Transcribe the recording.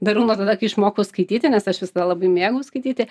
darau nuo tada kai išmokau skaityti nes aš visada labai mėgau skaityti